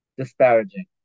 disparaging